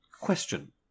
question